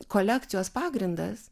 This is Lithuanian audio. kolekcijos pagrindas